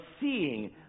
seeing